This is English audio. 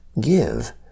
give